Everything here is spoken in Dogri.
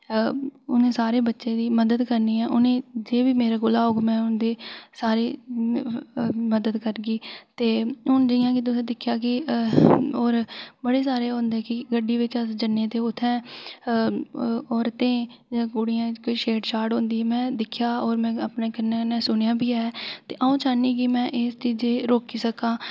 तां उ'नें सारे बच्चें दी मदद करनी ऐं उ'नें जे बी मेरे कोला होग सारें दी मदद करगी ते हून जि'यां के तुसें दिक्खेआ कि होर बड़े सारे हुंदे कि गड्डी बिच अस जन्नें ते उत्थैं औरतें ते कुड़ियें कन्नै छेड़छाड़ होंदी में दिक्खेआ होर में अपने कन्नें कन्नै सुने दा बी ऐ अ'ऊं चाह्न्नी कि में इस चीजा गी रोकी सकां